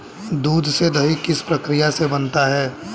दूध से दही किस प्रक्रिया से बनता है?